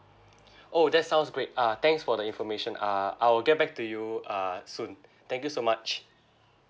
oh that sounds great uh thanks for the information uh I'll get back to you uh soon thank you so much